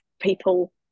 people